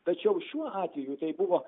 tačiau šiuo atveju tai buvo